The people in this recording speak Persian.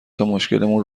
تامشکلمون